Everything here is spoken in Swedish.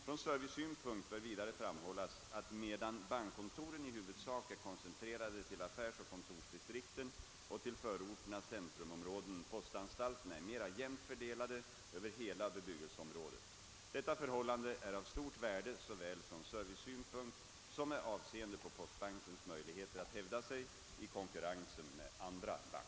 Från servicesynpunkt bör vidare framhållas, att medan bankkontoren i huvudsak är koncentrerade till affärsoch kontorsdistrikten och till förorternas centrumområden postanstalterna är mera jämnt fördelade över hela bebyggelseområdet. Detta förhållande är av stort värde såväl från servicesynpunkt som med avseende på postbankens möjlig heter att hävda sig i konkurrensen med andra banker.